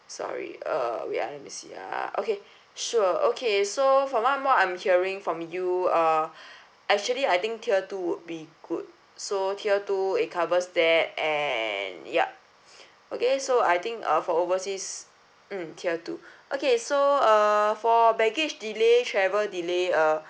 sorry uh wait ah let me see ah okay sure okay so from what I'm what I'm hearing from you uh actually I think tier two would be good so tier two it covers that and yup okay so I think uh for overseas mm tier two okay so uh for baggage delay travel delay uh